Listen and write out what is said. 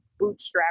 bootstrapping